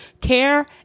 care